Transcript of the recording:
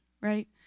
right